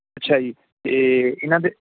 ਅੱਛਾ ਜੀ ਅਤੇ ਇਹਨਾਂ ਦੇ